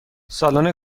سالن